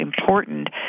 important